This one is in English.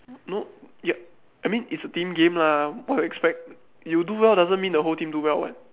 no ya I mean it's a team game lah what you expect you do well doesn't mean the whole team do well [one]